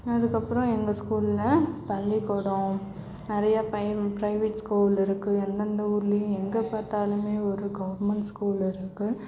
அதுக்கு அப்புறம் எங்கள் ஸ்கூலில் பள்ளிக்கூடம் நிறைய பிரைவேட் பிரைவேட் ஸ்கூல் இருக்குது எந்தெந்த ஊருலேயும் எங்கே பார்த்தாலுமே ஒரு கவுர்மெண்ட் ஸ்கூல் இருக்குது